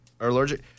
Allergic